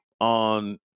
on